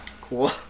Cool